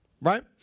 Right